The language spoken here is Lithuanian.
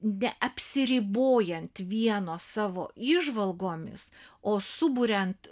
neapsiribojant vieno savo įžvalgomis o suburiant